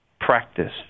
practice